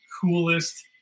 coolest